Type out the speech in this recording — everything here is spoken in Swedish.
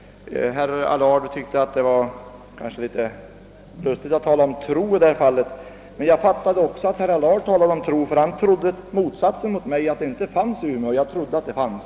Herr Allard anmärkte på att jag trodde. Men jag har för mig att även herr Allard trodde; han trodde att erforderliga resurser inte fanns i Umeå, medan jag trodde att de fanns.